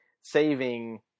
saving